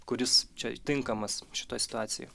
kuris čia tinkamas šitoje situacijoje